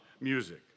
music